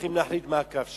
צריכים להחליט מה הקו שלנו.